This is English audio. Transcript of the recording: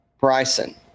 Bryson